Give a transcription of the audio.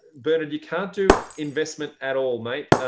bernard, you can't do investment at all, mate.